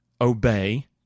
obey